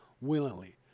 willingly